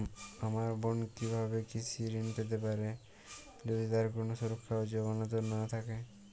আমার বোন কীভাবে কৃষি ঋণ পেতে পারে যদি তার কোনো সুরক্ষা বা জামানত না থাকে?